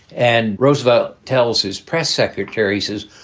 and roosevelt tells his press secretary says,